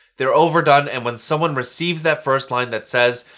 they're overdone and when someone receives that first line that says,